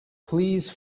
please